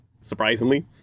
Surprisingly